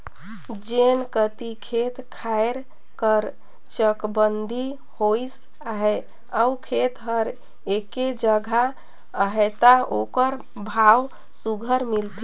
जेन कती खेत खाएर कर चकबंदी होइस अहे अउ खेत हर एके जगहा अहे ता ओकर भाव सुग्घर मिलथे